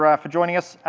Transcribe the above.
for for joining us.